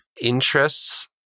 interests